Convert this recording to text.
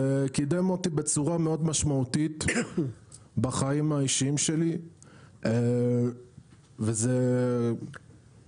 זה קידם אותי בצורה מאוד משמעותית בחיים האישיים שלי וזה גם